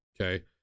okay